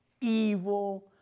evil